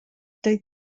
doedd